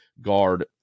guard